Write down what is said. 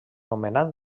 nomenat